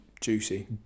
juicy